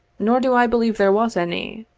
nor do i believe there was any.